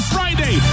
Friday